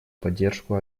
поддержку